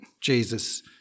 Jesus